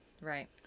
right